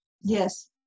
Yes